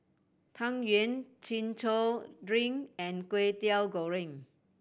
Tang Yuen Chin Chow drink and Kway Teow Goreng